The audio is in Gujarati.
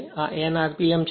તો આ n rpm છે